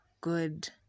good